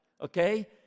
okay